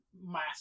mass